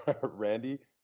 Randy